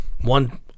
one